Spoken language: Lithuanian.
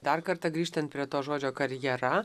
dar kartą grįžtant prie to žodžio karjera